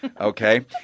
Okay